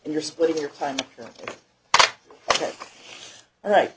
and you're splitting your time right